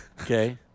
okay